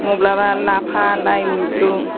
माब्लाबा लाफा लाइ मैद्रु